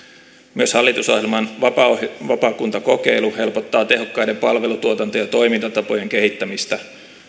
myös hallitusohjelman vapaakuntakokeilu helpottaa tehokkaiden palvelutuotanto ja toimintatapojen kehittämistä